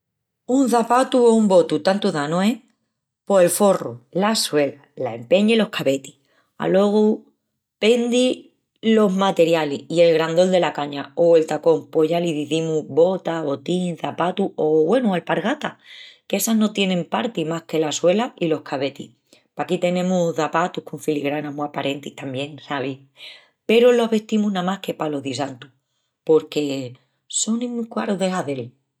Un çapatu, o un botu, tantu da, no es? Pos el forru, la suela, la empeña i los cabetis. Alogu pendi los materialis i el grandol dela caña o el tacón pos ya l'izimus bota, botín, çapatu o, güenu, alpargatas, qu'essas no tienin partis más que la suela i los cabetis. Paquí tenemus çapatus con filigranas mu aparentis tamién, sabis? Peru los vestimus namás que palos dissantus, porque sonin mu carus de hazel.